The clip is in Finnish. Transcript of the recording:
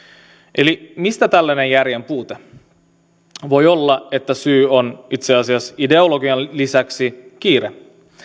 eli mistä tällainen järjen puute voi olla että syy on itse asiassa ideologian lisäksi kiire